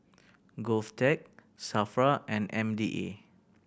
GovTech SAFRA and M D A